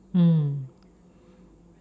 mm